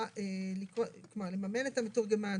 לממן את המתורגמן,